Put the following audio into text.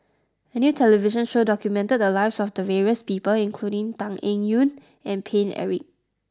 a new television show documented the lives of various people including Tan Eng Yoon and Paine Eric